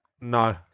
no